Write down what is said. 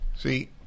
See